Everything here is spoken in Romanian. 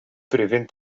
privind